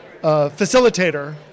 facilitator